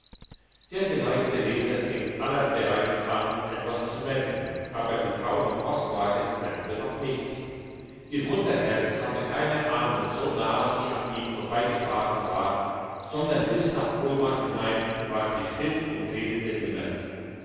der geneigte leser fängt allbereits an etwas zu merken aber die frau im postwagen merkte noch nichts ihr mutterherz hatte keine ahndung so nahe sie an ihm vorbeigefahren war sondern bis nach kolmar hinein war sie still und redete nimmer